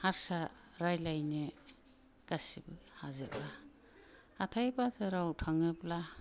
हारसा रायलायनो गासिबो हाजोबा हाथाइ बाजारआव थाङोब्ला